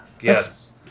Yes